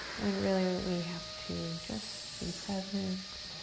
when really we have to just be present.